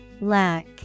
Lack